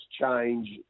change